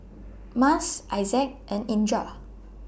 Mas Izzat and Indra